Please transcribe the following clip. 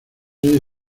sede